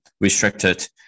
restricted